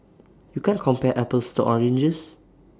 you can't compare apples to oranges